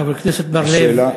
חבר הכנסת בר-לב,